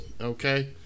okay